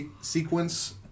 sequence